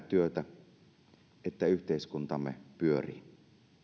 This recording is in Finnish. työtä että yhteiskuntamme pyörii